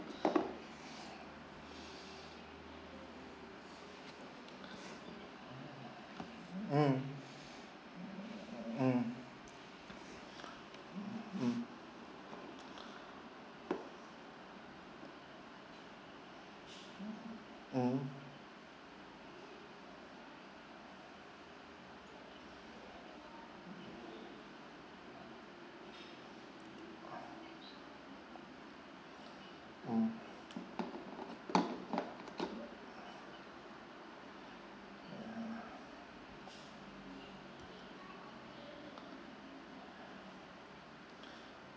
mm mm mm mm mm